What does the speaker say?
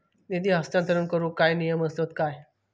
निधी हस्तांतरण करूक काय नियम असतत काय?